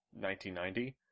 1990